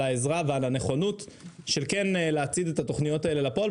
העזרה ועל הנכונות של כן להציג את התוכניות האלה לפועל.